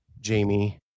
jamie